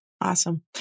Awesome